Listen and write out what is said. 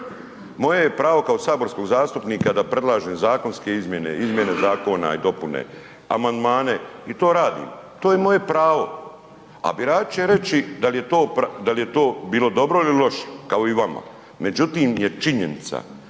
je pravo kao saborskog zastupnika da predlažem zakonske izmjene, izmjene zakona i dopune, amandmane i to radim, to je moje pravo. A birači će reći da li je to bilo dobro ili loše, kao i vama. Međutim je činjenica